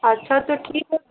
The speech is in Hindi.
अच्छा तो ठीक है